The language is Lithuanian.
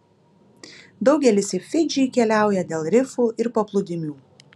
daugelis į fidžį keliauja dėl rifų ir paplūdimių